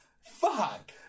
Fuck